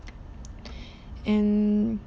and